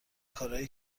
کارایی